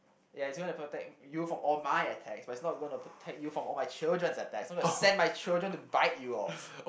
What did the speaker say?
ya it's going to protect you from all my attacks but it's not gonna protect you from all my children's attack so I will send my children to bite you off